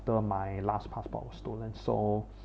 after my last passport was stolen so